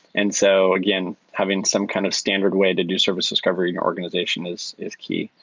and so again, having some kind of standard way to do service discovery in your organization is is key.